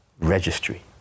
Registry